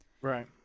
right